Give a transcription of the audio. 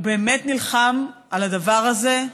הוא באמת נלחם על הדבר הזה,